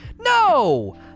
no